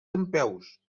dempeus